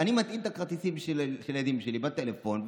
אני מטעין את הכרטיסים של הילדים שלי בטלפון,